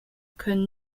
können